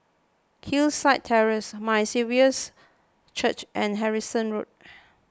Hillside Terrace My Saviour's Church and Harrison Road